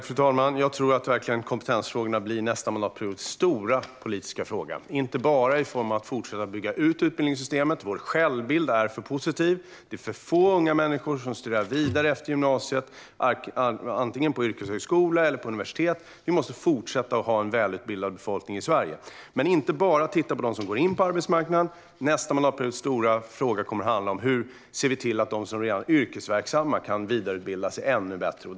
Fru talman! Jag tror att kompetensfrågorna blir nästa mandatperiods stora politiska fråga. Det handlar inte bara om att fortsätta bygga ut utbildningssystemet, utan vår självbild är för positiv. Det är för få unga människor som studerar vidare efter gymnasiet på yrkeshögskola eller på universitet, och vi måste fortsätta ha en välutbildad befolkning i Sverige. Men vi kan inte bara titta på dem som kommer in på arbetsmarknaden, utan nästa mandatperiods stora fråga kommer att handla om hur vi kan se till att de som redan är yrkesverksamma kan vidareutbilda sig ännu bättre.